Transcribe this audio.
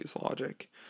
logic